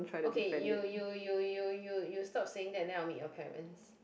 okay you you you you you you stop saying that then I'll meet your parents